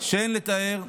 שאין לתאר.